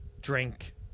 drink